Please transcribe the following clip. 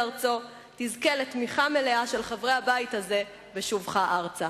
ארצו תזכה לתמיכה מלאה של חברי הבית הזה בשובך ארצה.